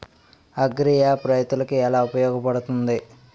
Agri app రైతులకి ఏలా ఉపయోగ పడుతుంది?